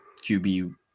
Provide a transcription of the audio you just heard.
QB